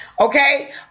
okay